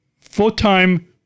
full-time